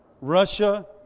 Russia